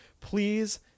Please